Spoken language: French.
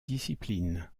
discipline